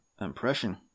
impression